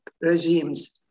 regimes